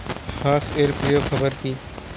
হাঁস এর প্রিয় খাবার কি?